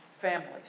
families